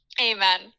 Amen